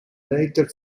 later